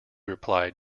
replied